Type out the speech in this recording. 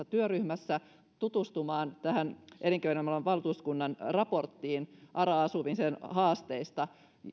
työryhmässä tutustumaan tähän elinkeinoelämän valtuuskunnan raporttiin ara asumisen haasteista